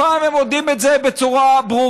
הפעם הם מודיעים את זה בצורה ברורה.